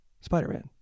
Spider-Man